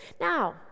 now